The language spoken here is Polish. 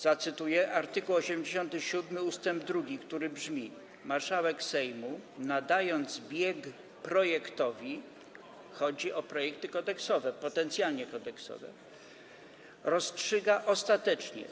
Zacytuję art. 87 ust. 2, który brzmi: Marszałek Sejmu, nadając bieg projektowi - chodzi o projekty kodeksowe, potencjalnie kodeksowe - rozstrzyga ostatecznie.